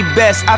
best